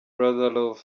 love